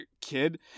kid